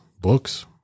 books